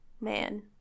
man